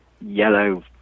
yellow